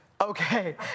okay